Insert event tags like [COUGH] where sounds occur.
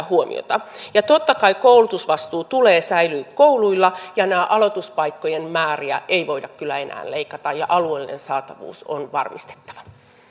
[UNINTELLIGIBLE] huomiota totta kai koulutusvastuun tulee säilyä kouluilla ja aloituspaikkojen määriä ei voida kyllä enää leikata ja alueellinen saatavuus on varmistettava